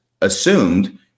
assumed